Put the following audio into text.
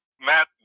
matt